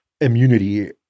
immunity